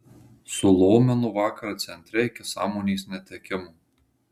sulomino vakar centre iki sąmonės netekimo